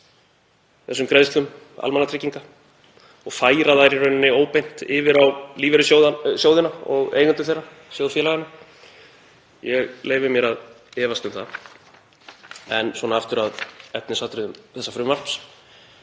þessum greiðslum almannatrygginga og færa þær óbeint yfir á lífeyrissjóðina og eigendur þeirra, sjóðfélagana? Ég leyfi mér að efast um það. En aftur að efnisatriðum þessa frumvarps.